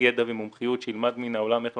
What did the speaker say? ידע ומומחיות שילמד מן העולם כי אנחנו